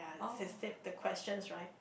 she set the question right